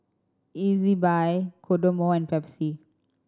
Ezbuy Kodomo and Pepsi